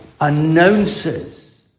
announces